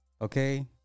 Okay